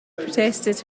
protested